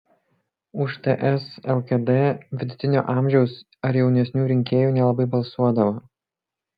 už ts lkd vidutinio amžiaus ar jaunesnių rinkėjų nelabai balsuodavo